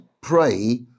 pray